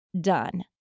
done